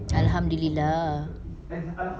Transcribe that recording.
alhamdulillah